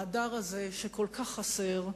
ההדר הזה שכל כך חסר,